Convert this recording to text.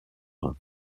rhin